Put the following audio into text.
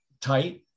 tight